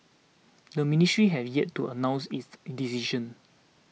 the ministry has yet to announce its in decision